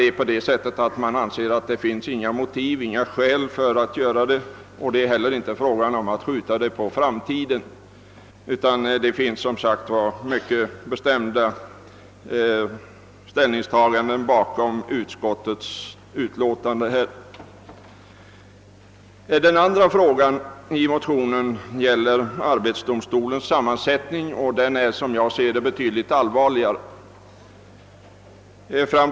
Det är fastmera så att utskottet anser att det föreligger inte några skäl för ett sådant införande. Det är heller inte fråga om att skjuta frågan på framtiden. Bakom utskottets utlåtande finns alltså mycket bestimda ställningstaganden. Den andra frågan i motionen gäller arbetsdomstolens sammansättning, och den är som jag ser saken betydligt allvarligare.